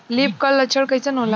Leaf curl लक्षण कइसन होला?